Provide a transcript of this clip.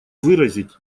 выразить